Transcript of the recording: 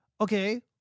okay